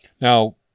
Now